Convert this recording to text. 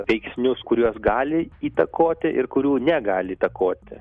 veiksnius kuriuos gali įtakoti ir kurių negali įtakoti